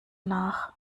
nach